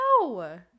No